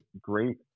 great